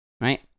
right